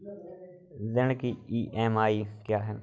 ऋण की ई.एम.आई क्या है?